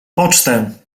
pocztę